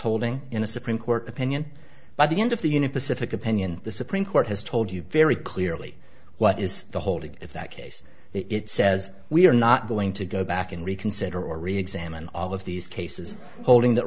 holding in a supreme court opinion by the end of the union pacific opinion the supreme court has told you very clearly what is holding that case it says we're not going to go back and reconsider or reexamine all of these cases holding that